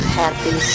happy